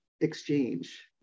exchange